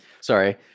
Sorry